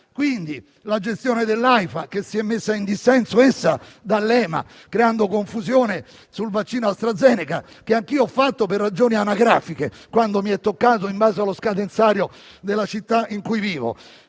la gestione dell'Aifa, che si è messa in dissenso dall'EMA, creando confusione sul vaccino AstraZeneca, che anch'io ho fatto per ragioni anagrafiche, quando mi è toccato in base allo scadenzario della città in cui vivo.